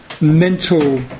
mental